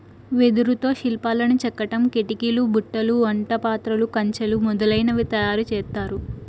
వెదురుతో శిల్పాలను చెక్కడం, కిటికీలు, బుట్టలు, వంట పాత్రలు, కంచెలు మొదలనవి తయారు చేత్తారు